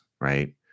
right